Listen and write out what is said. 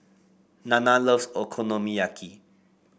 Nana loves Okonomiyaki